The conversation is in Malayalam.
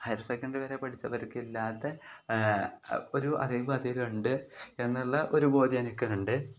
ഹയർ സെക്കണ്ടറി വരെ പഠിച്ചവർക്കില്ലാത്ത ഒരു അറിവ് അതിയിലുണ്ട് എന്നുള്ള ഒരു ബോധ്യം എനിക്കുണ്ട്